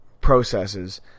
processes